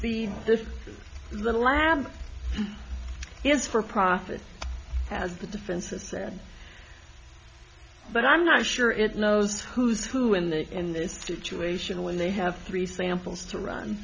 this little lab is for profit as the defense of said but i'm not sure it knows who's who in there in this situation when they have three samples to run